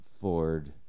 Ford